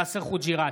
בעד יאסר חוג'יראת,